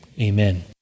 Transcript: amen